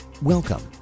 Welcome